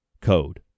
code